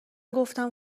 گفتم